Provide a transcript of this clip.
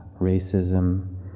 racism